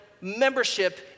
membership